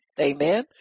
Amen